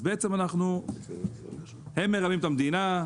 אז בעצם הם מרמים את המדינה,